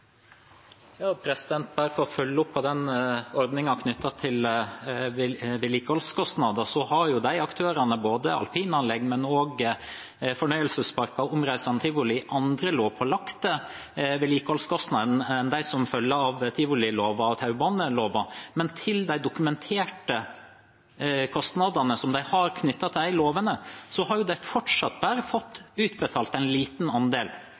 Bare for å følge opp det som gjelder ordningen knyttet til vedlikeholdskostnader: De aktørene har, både når det gjelder alpinanlegg, fornøyelsesparker og omreisende tivoli, andre lovpålagte vedlikeholdskostnader enn dem som følger av tivoliloven og taubaneloven. Og når det gjelder de dokumenterte kostnadene de har knyttet til de lovene, har de fortsatt bare fått utbetalt en liten andel.